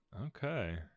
Okay